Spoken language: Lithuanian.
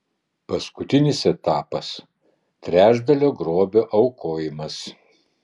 paskutinis etapas trečdalio grobio aukojimas